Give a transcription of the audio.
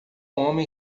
homem